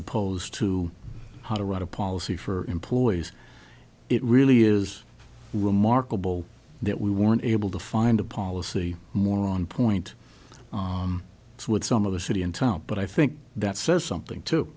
opposed to how to write a policy for employees it really is remarkable that we weren't able to find a policy more on point with some of the city in town but i think that says something too